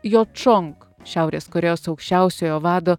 jo čong šiaurės korėjos aukščiausiojo vado